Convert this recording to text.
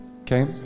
okay